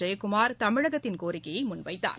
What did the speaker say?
ஜெயக்குமார் தமிழகத்தின் கோரிக்கையுமன்வைத்தார்